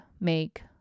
make